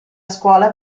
scuola